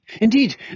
Indeed